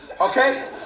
okay